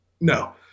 No